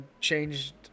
changed